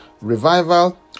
revival